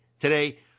today –